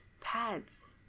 pads